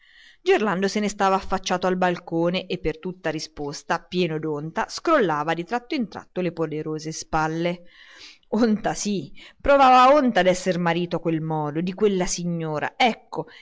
gerlando se ne stava affacciato al balcone e per tutta risposta pieno d'onta scrollava di tratto in tratto le poderose spalle onta sì provava onta d'esser marito a quel modo di quella signora ecco